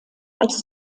als